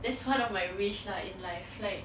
that's one of my wish lah in life like